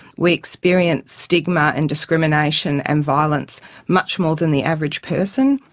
we experience stigma and discrimination and violence much more than the average person,